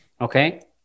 Okay